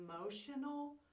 emotional